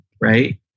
right